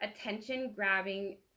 attention-grabbing